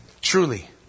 truly